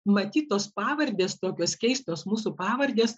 matyt tos pavardės tokios keistos mūsų pavardės